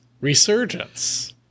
Resurgence